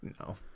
No